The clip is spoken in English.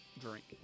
drink